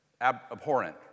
abhorrent